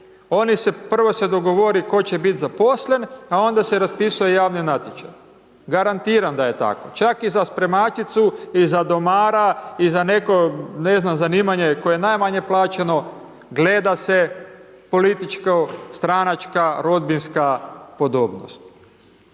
Oni se, prvo se dogovore tko će biti zaposlen, a onda se raspisuje javni natječaj, garantiram da je tako. Čak i za spremačicu i za domara i za neko ne znam zanimanje, koje je najmanje plaćeno, gleda se političko, stranačka rodbinska podobnost.